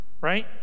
right